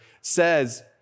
says